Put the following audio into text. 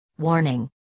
Warning